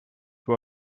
wou